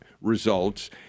results